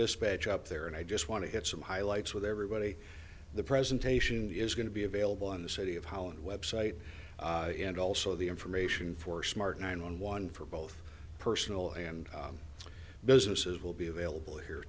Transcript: dispatch up there and i just want to get some highlights with everybody the presentation is going to be available on the city of holland website and also the information for smart nine one one for both personal and businesses will be available here